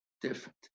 different